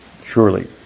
Surely